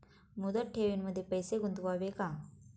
मुदत ठेवींमध्ये पैसे गुंतवावे का?